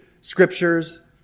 Scriptures